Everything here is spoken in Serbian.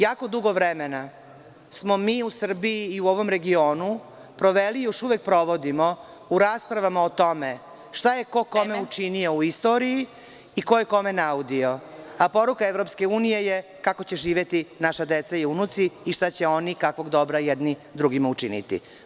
Jako dugo vremena smo mi u Srbiji i u ovom regionu proveli i još uvek provodimo u raspravama o tome šta je ko kome učinio u istoriji i ko je kome naudio, a poruka EU je kako će živeti naša deca i unuci i šta će oni i kakvog dobra jedni drugima učiniti.